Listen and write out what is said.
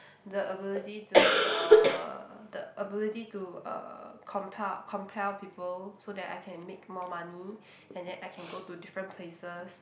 the ability to uh the ability to uh compart compel people so that I can make more money and then I can go to different places